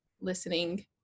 listening